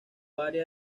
área